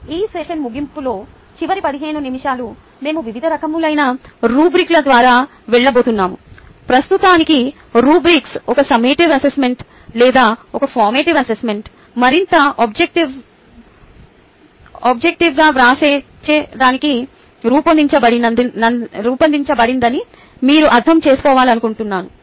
ఈ సెషన్ ముగింపులో చివరి 15 నిమిషాలు మేము వివిధ రకాలైన రుబ్రిక్ల ద్వారా వెళ్ళబోతున్నాము ప్రస్తుతానికి రుబ్రిక్స్ ఒక సమ్మేటివ్ అసెస్మెంట్ లేదా ఒక ఫార్మేటివ్ అసెస్మెంట్ మరింత ఆబ్జెక్టివ్ ప్రాసెస్ చేయడానికి రూపొందించబడిందని మీరు అర్థం చేసుకోవాలనుకుంటున్నాను